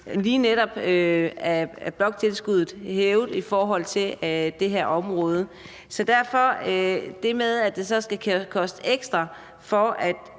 lige netop gennem bloktilskuddet hævet i forhold til det her område. Det med, at det så skal koste ekstra, at